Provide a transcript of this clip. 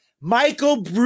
Michael